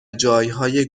جایهای